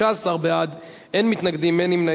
התשע"ב 2012,